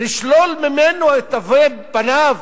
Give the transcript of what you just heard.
לשלול ממנו את תווי פניו,